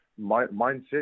mindset